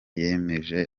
yemeje